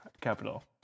Capital